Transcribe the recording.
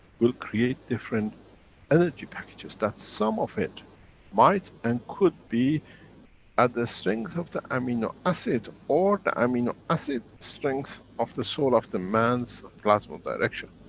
will create different energy packages, that some of it might and could be at the strength of the amino acid or the amino i mean acid strength of the soul of the man's plasma direction.